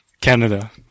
Canada